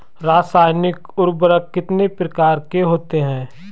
रासायनिक उर्वरक कितने प्रकार के होते हैं?